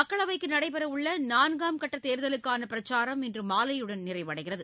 மக்களவைக்குநடைபெறவுள்ள கட்டதேர்தலுக்கானபிரச்சாரம் இன்றுமாலையுடன் நிறைவடைகிறது